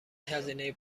هزینه